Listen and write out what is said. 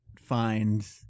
find